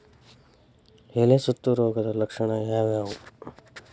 ಎಲೆ ಸುತ್ತು ರೋಗದ ಲಕ್ಷಣ ಯಾವ್ಯಾವ್?